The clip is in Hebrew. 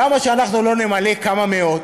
למה שאנחנו לא נמנה כמה מאות?